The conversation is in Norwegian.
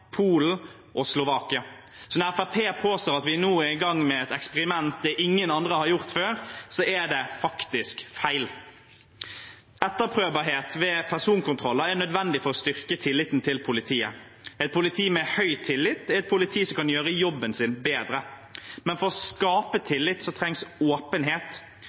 Polen og Slovakia. Når Fremskrittspartiet påstår at vi nå er i gang med et eksperiment ingen andre har gjort før, er det faktisk feil. Etterprøvbarhet ved personkontroller er nødvendig for å styrke tilliten til politiet. Et politi med høy tillit er et politi som kan gjøre jobben sin bedre. Men for å skape tillit trengs åpenhet,